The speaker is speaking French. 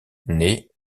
née